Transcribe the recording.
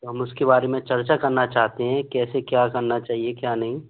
तो हम उसके बारे में चर्चा करना चाहते हैं कैसे क्या करना चाहिए क्या नहीं